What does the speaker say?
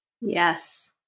Yes